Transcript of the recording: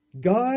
God